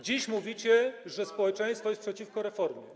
Dziś mówicie, że społeczeństwo jest przeciwko reformie.